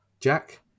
jack